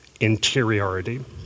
Interiority